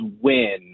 win